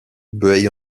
bueil